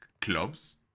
clubs